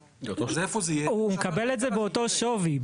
הוא מקבל את זה באותו שווי.